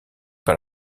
par